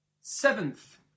seventh